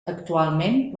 actualment